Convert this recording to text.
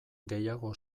gehiago